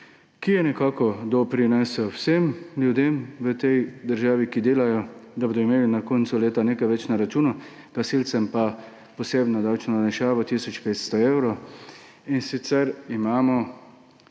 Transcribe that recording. ki je nekako doprinesel vsem ljudem v tej državi, ki delajo, da bodo imeli na koncu leta nekaj več na računu, gasilcem pa posebno davčno olajšavo tisoč 500 evrov. V tem